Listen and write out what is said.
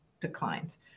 declines